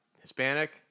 Hispanic